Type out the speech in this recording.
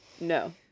no